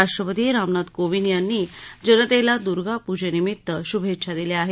राष्ट्रपती रामनाथ कोविंद यांनीही जनतेला दुर्गा पूजेनिमित्त शुभेच्छा दिल्या आहेत